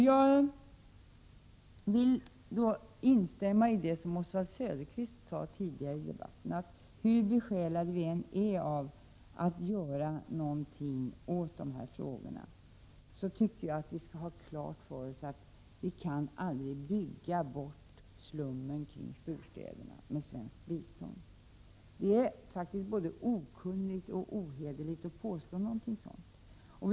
Jag vill då instämma i det som Oswald Söderqvist sade tidigare i debatten, att hur besjälade vi än är av att göra någonting åt u-ländernas bostadsfråga, skall vi ha klart för oss att vi aldrig kan bygga bort slummen kring storstäderna med svenskt bistånd. Det är faktiskt både okunnigt och ohederligt att påstå någonting sådant.